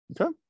Okay